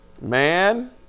man